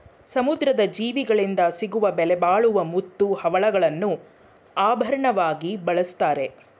ಸಮುದ್ರದ ಜೀವಿಗಳಿಂದ ಸಿಗುವ ಬೆಲೆಬಾಳುವ ಮುತ್ತು, ಹವಳಗಳನ್ನು ಆಭರಣವಾಗಿ ಬಳ್ಸತ್ತರೆ